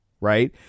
Right